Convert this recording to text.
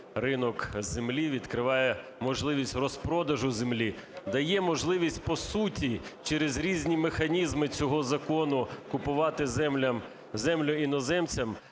ринок землі, відкриває можливість розпродажу землі, дає можливість по суті через різні механізми цього закону купувати землю іноземцям,